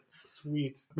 Sweet